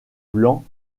blanc